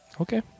Okay